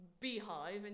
beehive